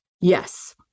Yes